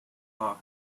talk